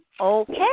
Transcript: Okay